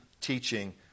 teaching